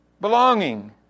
Belonging